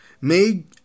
made